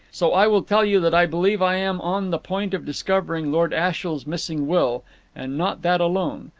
so i will tell you that i believe i am on the point of discovering lord ashiel's missing will and not that alone.